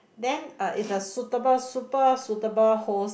then uh it's a suitable super suitable host